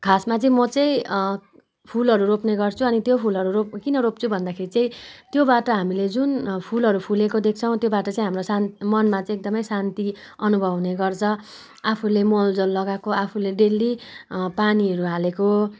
खासमा चाहिँ म चाहिँ फूलहरू रोप्ने गर्छु अनि त्यो फूलहरू किन रोप्छु भन्दाखेरि चाहिँ त्योबाट हामीले जुन फूलहरू फुलेको देख्छौँ त्योबाट चाहिँ हामीलाई चाहिँ मनमा चाहिँ एकदमै शान्ति अनुभव हुने गर्छ आफूले मलजल लगाएको आफूले डेली पानीहरू हालेको